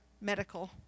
medical